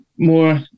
more